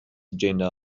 agenda